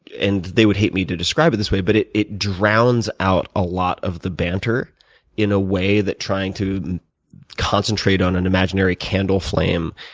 and they would hate me to describe it this way but it it drowns out a lot of the banter in a way that trying to concentrate on an imaginary candle flame